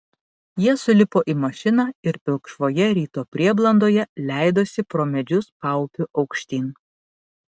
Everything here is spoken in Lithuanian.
jie sulipo į mašiną ir pilkšvoje ryto prieblandoje leidosi pro medžius paupiu aukštyn